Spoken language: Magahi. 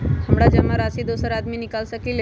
हमरा जमा राशि दोसर आदमी निकाल सकील?